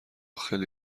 خیلی